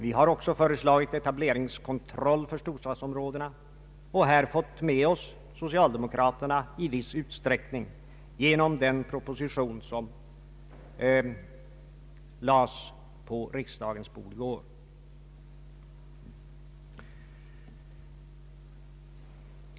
Vi har också föreslagit etableringskontroll för storstadsområdena och här fått med oss socialdemokraterna i viss utsträckning genom den proposition som i går lades på riksdagens bord.